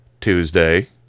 Tuesday